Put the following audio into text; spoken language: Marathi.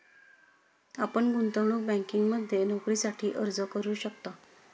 आपण गुंतवणूक बँकिंगमध्ये नोकरीसाठी अर्ज करू शकता